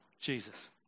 Jesus